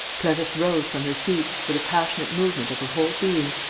clarisse rose from her seat, with a passionate movement of her whole being,